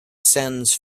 sends